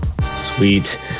Sweet